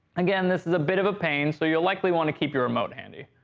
again this is a bit of a pain, so you'll likely want to keep your remote handy.